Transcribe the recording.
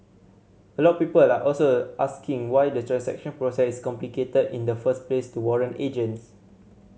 a lot people are also asking why the transaction process complicated in the first place to warrant agents